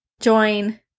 join